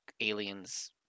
aliens